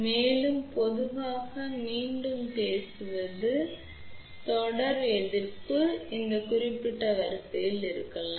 மேலும் பொதுவாக மீண்டும் பேசுவது தொடர் எதிர்ப்பு இந்த குறிப்பிட்ட வரிசையில் இருக்கலாம்